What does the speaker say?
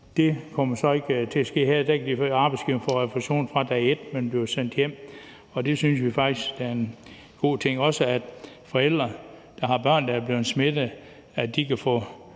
Det kommer så ikke til at ske her. Der kan arbejdsgiverne få refusion fra dag et, hvor man bliver sendt hjem, og det synes vi faktisk er en god ting. Også forældre, der har børn, der er blevet smittet, kan få